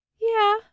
Yeah